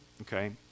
okay